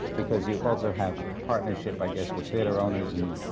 because you also have partnership, i guess, with theatre owners. and